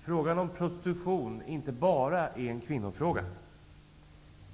frågan om prostitution inte bara är en kvinnofråga.